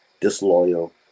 disloyal